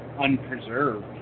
unpreserved